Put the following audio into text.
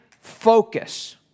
focus